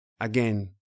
again